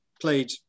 played